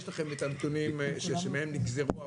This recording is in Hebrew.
יש לכם את הנתונים שמהם נגזרו האחוזים.